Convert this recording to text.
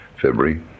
February